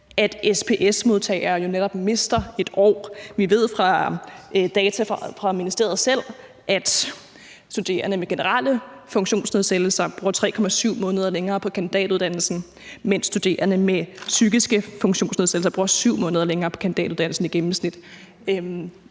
at SPS-modtagere netop mister 1 år. Vi ved fra data fra ministeriet selv, at studerende med generelle funktionsnedsættelser bruger 3,7 måneder længere på kandidatuddannelsen, mens studerende med psykiske funktionsnedsættelser bruger 7 måneder længere på kandidatuddannelsen i gennemsnit.